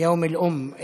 יום אל-אוּם.